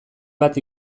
bat